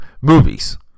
movies